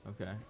Okay